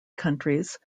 countries